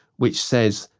which says,